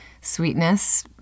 sweetness